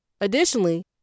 Additionally